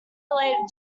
related